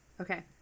Okay